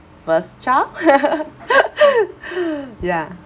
first child ya